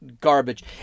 garbage